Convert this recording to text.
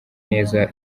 neza